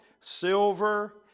silver